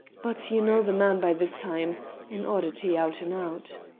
but you know the man by this time an oddity out and out.